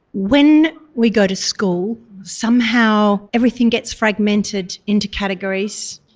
when we go to school, somehow everything gets fragmented into categories.